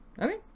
okay